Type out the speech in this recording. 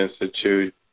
Institute